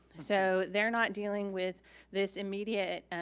so they're not dealing with this immediate